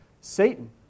Satan